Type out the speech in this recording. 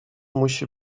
musi